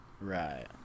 right